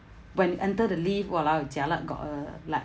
when you enter the lift !walao! jialat got uh like